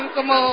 Como